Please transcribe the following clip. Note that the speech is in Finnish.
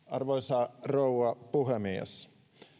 arvoisa rouva puhemies